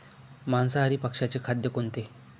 मांसाहारी पक्ष्याचे खाद्य कोणते?